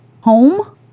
home